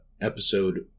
episode